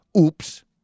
Oops